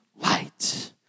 light